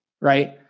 right